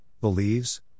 believes